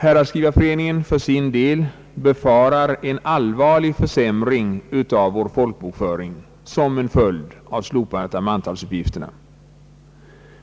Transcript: Häradsskrivarföreningen för sin del befarar .en allvarlig försämring av vår folkbokföring som en följd av slopandet av mantalsuppgifterna,